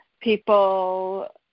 people